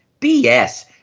BS